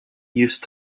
use